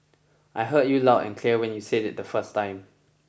I heard you loud and clear when you said it the first time